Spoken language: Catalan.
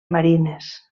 marines